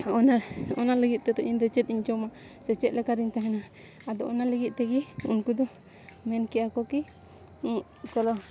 ᱱᱚᱜᱼᱚ ᱱᱟ ᱚᱱᱟ ᱞᱟᱹᱜᱤᱫ ᱛᱮᱫᱚ ᱤᱧᱫᱚ ᱪᱮᱫ ᱤᱧ ᱡᱚᱢᱟ ᱥᱮ ᱪᱮᱫ ᱞᱮᱠᱟ ᱨᱤᱧ ᱛᱟᱦᱮᱱᱟ ᱟᱫᱚ ᱚᱱᱟ ᱞᱟᱹᱜᱤᱫ ᱛᱮᱜᱮ ᱩᱱᱠᱩ ᱫᱚ ᱢᱮᱱ ᱠᱮᱜᱼᱟ ᱠᱚ ᱠᱤ ᱪᱚᱞᱚ